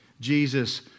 Jesus